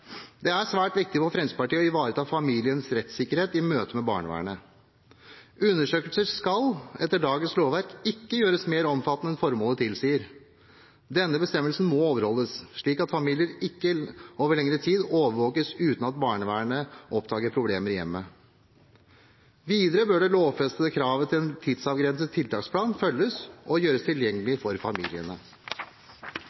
Det er svært viktig for Fremskrittspartiet å ivareta familiens rettssikkerhet i møte med barnevernet. Undersøkelser skal, etter dagens lovverk, ikke gjøres mer omfattende enn formålet tilsier. Denne bestemmelsen må overholdes, slik at familier ikke over lengre tid overvåkes uten at barnevernet oppdager problemer i hjemmet. Videre bør det lovfestede kravet om en tidsavgrenset tiltaksplan følges, og planen må gjøres tilgjengelig